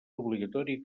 obligatori